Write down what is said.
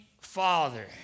father